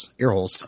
Earholes